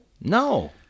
No